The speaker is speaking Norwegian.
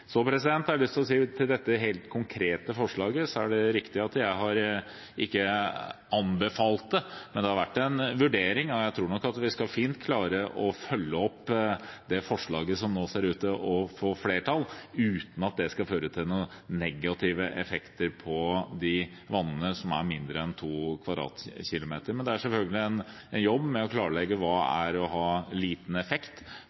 Jeg vil si til dette helt konkrete forslaget at det er riktig at jeg ikke har anbefalt det, men det har vært en vurdering. Jeg tror nok at vi fint skal klare å følge opp det forslaget som nå ser ut til å få flertall, uten at det skal føre til noen negative effekter på de vannene som er mindre enn 2 km 2 . Det er selvfølgelig en jobb med å klarlegge hva det er å ha liten effekt